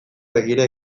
begira